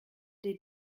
des